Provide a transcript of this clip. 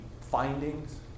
findings